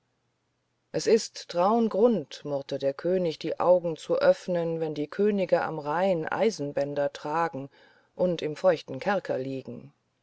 es ist traun grund murrte der könig die augen zu öffnen wenn die könige am rhein eisenbänder tragen und im feuchten kerker liegen